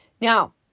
Now